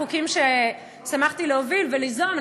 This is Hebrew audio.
חוקים ששמחתי להוביל וליזום,